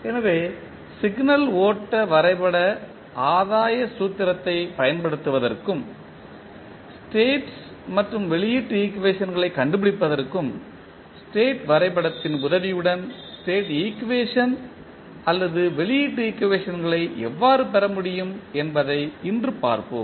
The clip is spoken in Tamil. எனவே சிக்னல் ஓட்ட வரைபட ஆதாய சூத்திரத்தைப் பயன்படுத்துவதற்கும் ஸ்டேட் மற்றும் வெளியீட்டு ஈக்குவேஷன்களைக் கண்டுபிடிப்பதற்கும் ஸ்டேட் வரைபடத்தின் உதவியுடன் ஸ்டேட் ஈக்குவேஷன் அல்லது வெளியீட்டு ஈக்குவேஷன்களை எவ்வாறு பெற முடியும் என்பதை இன்று பார்ப்போம்